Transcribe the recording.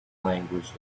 language